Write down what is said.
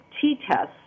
T-tests